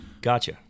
Gotcha